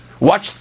Watch